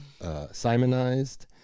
simonized